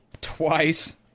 Twice